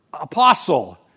apostle